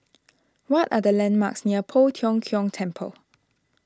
what are the landmarks near Poh Tiong Kiong Temple